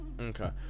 okay